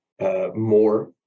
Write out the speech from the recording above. more